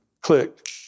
click